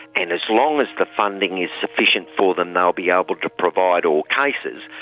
and as long as the funding is sufficient for them they'll be ah able to provide all cases.